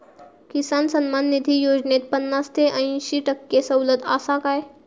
किसान सन्मान निधी योजनेत पन्नास ते अंयशी टक्के सवलत आसा काय?